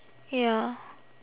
ya